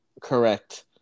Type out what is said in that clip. correct